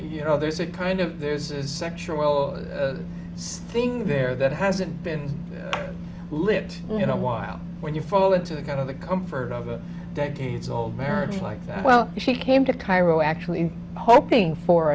you know there's a kind of there's a sexual thing there that hasn't been lived you know while when you fall into the kind of the comfort of a decades old marriage like well she came to cairo actually hoping for